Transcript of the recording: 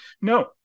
No